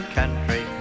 country